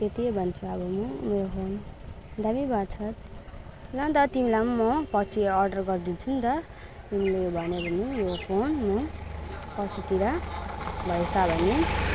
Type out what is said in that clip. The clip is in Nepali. त्यति भन्छु अब म मेरो फोन दामी भएछ ल नि त तिमीलाई पनि म पछि अर्डर गरिदिन्छु नि त तिमीले यो भन्यो भने यो फोन म पछितिर भएछ भने